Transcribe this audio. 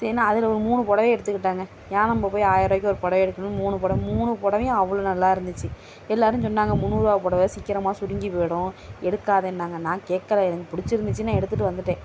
சரினு அதில் ஒரு மூணு புடவைய எடுத்துகிட்டேங்க ஏன் நம்ம போய் ஆயிரம் ரூபாக்கி ஒரு புடவ எடுக்கணும்ன்னு மூணு புடவ மூணு புடவையும் அவ்வளோ நல்லாயிருந்துச்சி எல்லாேரும் சொன்னாங்க முந்நூறு ரூபா புடவ சீக்கிரமாக சுருங்கி போயிடும் எடுக்காதேனாங்க நான் கேட்கல எனக்கு பிடிச்சிருந்துச்சினு எடுத்துகிட்டு வந்துவிட்டேன்